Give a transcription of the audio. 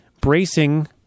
bracing